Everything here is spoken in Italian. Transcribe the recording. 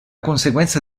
conseguenza